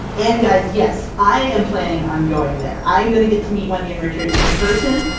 and guys, yes! i am planning on going there! i'm gonna get to meet wendy and richard in person!